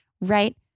right